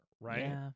right